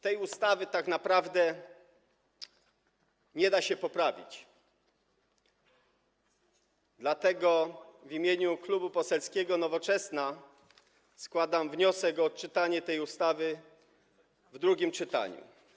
Tej ustawy tak naprawdę nie da się poprawić, dlatego w imieniu Klubu Poselskiego Nowoczesna składam wniosek o odczytanie tej ustawy w drugim czytaniu.